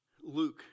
Luke